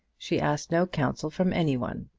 she asked no counsel from any one,